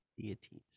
Deities